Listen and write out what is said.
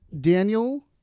Daniel